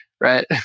right